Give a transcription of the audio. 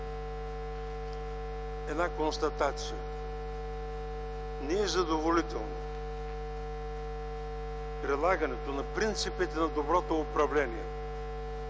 Една констатация: не е задоволително прилагането на принципите на доброто управление,